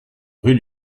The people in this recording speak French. rue